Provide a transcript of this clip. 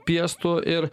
piestu ir